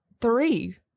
Three